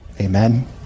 Amen